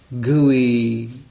gooey